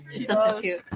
substitute